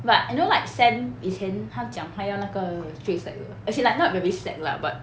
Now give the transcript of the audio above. but you know like sam 以前他讲他要那个最 slack 的 as in like not very slack lah but